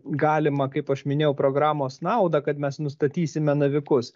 galimą kaip aš minėjau programos naudą kad mes nustatysime navikus